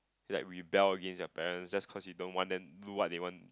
like rebel against your parents just cause you don't want them do what they want